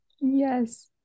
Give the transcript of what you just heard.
Yes